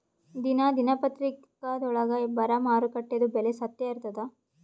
ದಿನಾ ದಿನಪತ್ರಿಕಾದೊಳಾಗ ಬರಾ ಮಾರುಕಟ್ಟೆದು ಬೆಲೆ ಸತ್ಯ ಇರ್ತಾದಾ?